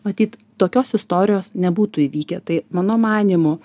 matyt tokios istorijos nebūtų įvykę tai mano manymu